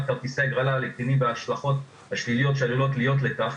כרטיסי הגרלה לקטינים וההשלכות השליליות שעלולות להיות לכך